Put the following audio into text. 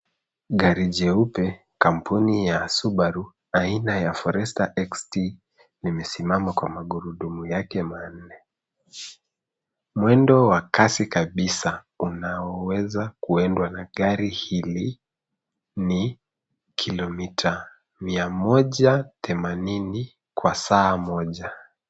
Gari jeupe, kampuni ya Subaru aina ya Forester XT limesimama kwa magurudumu yake manne. Mwendo wa kasi kabisa unaoweza kuendwa na gari hili ni kilomita mia moja themanini kwa saa moja.